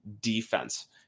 defense